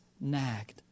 nagged